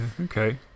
Okay